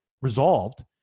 resolved